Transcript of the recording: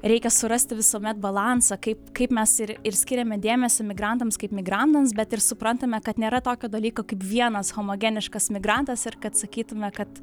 reikia surasti visuomet balansą kaip kaip mes ir ir skiriame dėmesį migrantams kaip migrantams bet ir suprantame kad nėra tokio dalyko kaip vienas homogeniškas migrantas ir kad sakytume kad